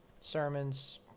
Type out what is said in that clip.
sermons